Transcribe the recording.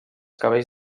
cabells